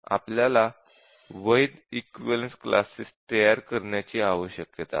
आपल्याला वैध equivalence classes तयार करण्याची आवश्यकता आहे